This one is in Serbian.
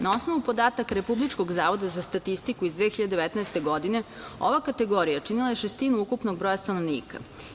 Na osnovu podataka Republičkog zavoda za statistiku iz 2019. godine, ova kategorija činila je šestinu ukupnog broja stanovnika.